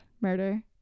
murder